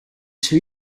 two